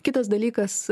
kitas dalykas